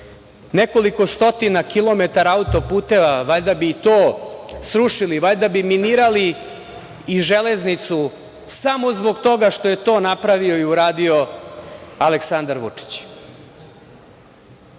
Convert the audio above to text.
nekoliko stotina kilometara autoputeva. Valjda bi i to srušili, valjda bi minirali i železnicu samo zbog toga što je to napravio i uradio Aleksandar Vučić. Moje